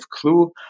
Clue